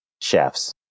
chefs